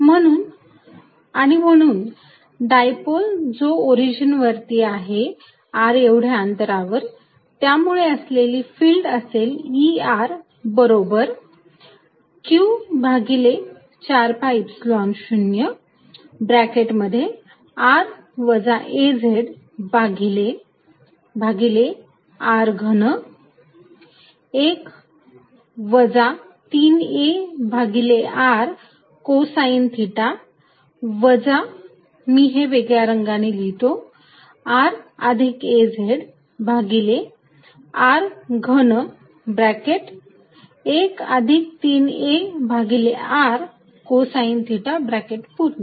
raz3r31±2arcosθ32≅r31±3arcosθ आणि म्हणून डायपल जो ओरिजिन वरती आहे r एवढ्या अंतरावर त्यामुळे असलेली फिल्ड असेल E बरोबर q भागिले 4 pi Epsilon 0 ब्रॅकेट मध्ये r व्हेक्टर वजा az भागिले r घन 1 वजा 3a भागिले r कोसाइन थिटा वजा मी हे वेगळ्या रंगाने लिहितो r अधिक az भागिले r घन 1 अधिक 3a भागिले r कोसाइन थिटा ब्रॅकेट पूर्ण